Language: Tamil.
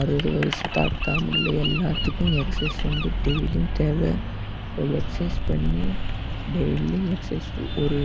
அறுபது வயது தாத்தாவா உள்ள எல்லாத்துக்கும் எக்சைஸ் வந்து டெய்லியும் தேவை இப்போது எக்சைஸ் பண்ணி டெய்லியும் எக்சைஸ் ஒரு